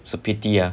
so pity ah